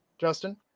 Justin